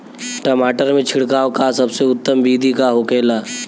टमाटर में छिड़काव का सबसे उत्तम बिदी का होखेला?